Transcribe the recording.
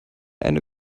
eine